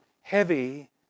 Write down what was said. heavy